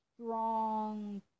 strong